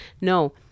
No